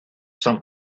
some